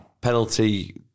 penalty